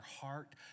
heart